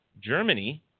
Germany